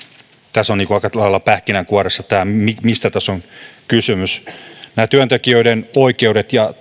tässä on aika lailla pähkinänkuoressa se mistä tässä on kysymys työntekijöiden oikeuksien ja